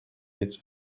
its